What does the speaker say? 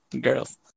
girls